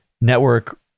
network